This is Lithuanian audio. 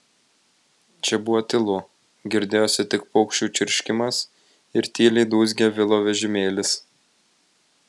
čia buvo tylu girdėjosi tik paukščių čirškimas ir tyliai dūzgė vilo vežimėlis